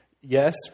yes